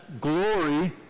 glory